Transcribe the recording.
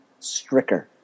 Stricker